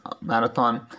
marathon